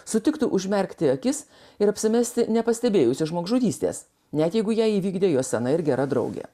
sutiktų užmerkti akis ir apsimesti nepastebėjusi žmogžudystės net jeigu ją įvykdė jos sena ir gera draugė